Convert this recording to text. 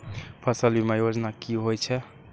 फसल बीमा योजना कि होए छै?